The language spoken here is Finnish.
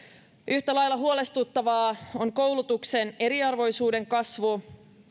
yhtä lailla huolestuttavaa on koulutuksen eriarvoisuuden kasvu